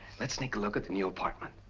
let's sneak a look at the new apartment.